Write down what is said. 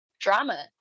drama